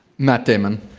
matt damon.